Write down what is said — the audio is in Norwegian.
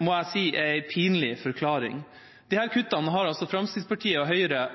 må jeg si er en pinlig forklaring. Disse kuttene har Fremskrittspartiet og Høyre ivret for lenge, og de